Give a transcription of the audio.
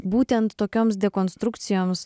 būtent tokioms dekonstrukcijoms